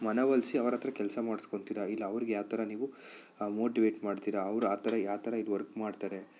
ಮನ ಒಲ್ಸಿ ಅವ್ರ ಹತ್ರ ಕೆಲಸ ಮಾಡ್ಸ್ಕೊಳ್ತೀರ ಇಲ್ಲ ಅವರಿಗೆ ಯಾವ ಥರ ನೀವು ಮೋಟಿವೇಟ್ ಮಾಡ್ತೀರ ಅವ್ರ ಆ ಥರ ಯಾವ ಥರ ಇಲ್ಲಿ ವರ್ಕ್ ಮಾಡ್ತಾರೆ